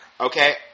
Okay